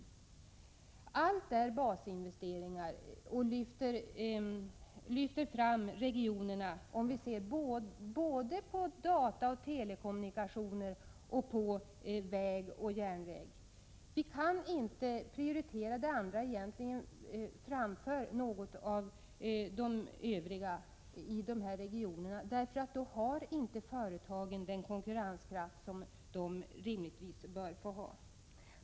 Satsningar på dataoch telekommunikationer, på väg och järnväg är basinvesteringar och lyfter fram regionerna. Vi kan inte prioritera några områden framför andra, för då förlorar företagen den konkurrenskraft som de rimligtvis bör få ha.